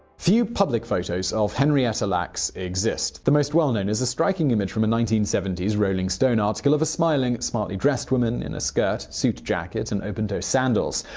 few public photos of henrietta lacks exist the most well-known is a striking image from a nineteen seventy s rolling stone article of a smiling, smartly-dressed woman in a skirt, suit jacket, and open toe sandals.